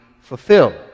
fulfilled